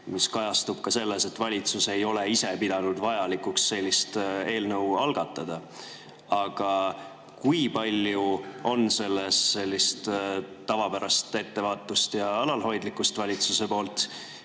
mis kajastub ka selles, et valitsus ei ole ise pidanud vajalikuks sellist eelnõu algatada. Aga kui palju on selles sellist tavapärast ettevaatust ja alalhoidlikkust valitsuse poolt